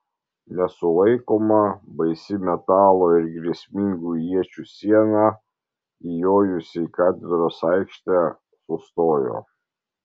nesulaikoma baisi metalo ir grėsmingų iečių siena įjojusi į katedros aikštę sustojo